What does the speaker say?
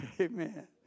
Amen